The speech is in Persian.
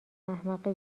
احمق